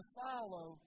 follow